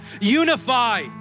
unify